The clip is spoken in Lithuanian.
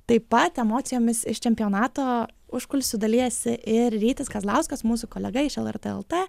taip pat emocijomis iš čempionato užkulisių dalijasi ir rytis kazlauskas mūsų kolega iš lrt lt